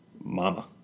mama